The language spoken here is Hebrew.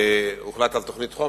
והוחלט על תוכנית חומש,